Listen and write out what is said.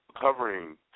covering